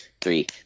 three